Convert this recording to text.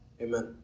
Amen